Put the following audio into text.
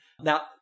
Now